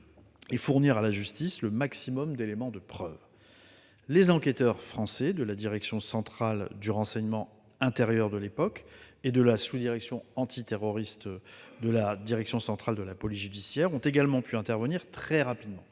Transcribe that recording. et fournir à la justice le maximum d'éléments de preuve. Les enquêteurs français de la direction centrale du renseignement intérieur de l'époque et de la sous-direction antiterroriste de la direction centrale de la police judiciaire ont également pu intervenir très rapidement.